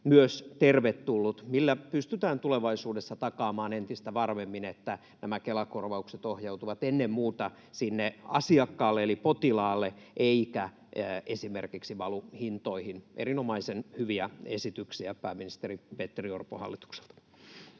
myös tervetullut — millä pystytään tulevaisuudessa takaamaan entistä varmemmin, että nämä Kela-korvaukset ohjautuvat ennen muuta sinne asiakkaalle eli potilaalle eivätkä esimerkiksi valu hintoihin. Erinomaisen hyviä esityksiä pääministeri Petteri Orpon hallitukselta.